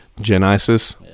Genesis